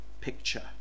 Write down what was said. picture